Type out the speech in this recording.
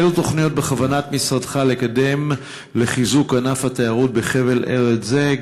אילו תוכניות בכוונת משרדך לקדם לחיזוק ענף התיירות בחבל ארץ זה?